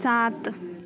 सात